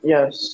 Yes